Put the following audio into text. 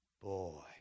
Boy